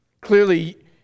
Clearly